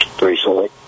recently